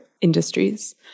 industries